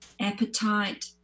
appetite